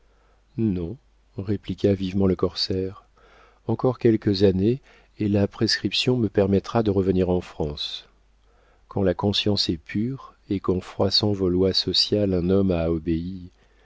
non répliqua vivement le corsaire encore quelques années et la prescription me permettra de revenir en france quand la conscience est pure et qu'en froissant vos lois sociales un homme a obéi